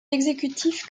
exécutif